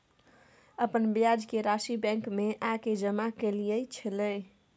अपन ब्याज के राशि बैंक में आ के जमा कैलियै छलौं?